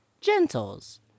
Gentles